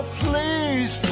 please